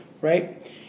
Right